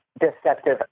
deceptive